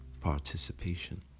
participation